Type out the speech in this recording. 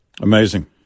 Amazing